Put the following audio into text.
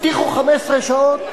הבטיחו 15 שעות.